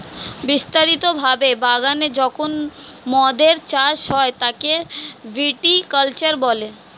বিস্তারিত ভাবে বাগানে যখন মদের চাষ হয় তাকে ভিটি কালচার বলে